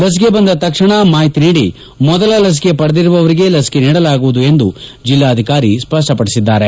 ಲಸಿಕೆ ಬಂದ ತಕ್ಷಣ ಮಾಹಿತಿ ನೀಡಿ ಮೊದಲ ಲಸಿಕೆ ಪಡೆದಿರುವವರಿಗೆ ಲಸಿಕೆ ನೀಡಲಾಗುವುದು ಎಂದು ಜೆಲ್ಲಾಧಿಕಾರಿ ಸ್ಪಪ್ಪಡಿಸಿದ್ದಾರೆ